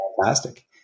fantastic